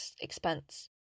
expense